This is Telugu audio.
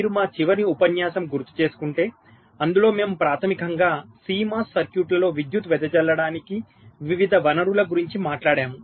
మీరు మా చివరి ఉపన్యాసం గుర్తుచేసుకుంటే అందులో మేము ప్రాథమికంగా CMOS సర్క్యూట్లలో విద్యుత్తు వెదజల్లడానికి వివిధ వనరుల గురించి మాట్లాడాము